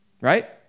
Right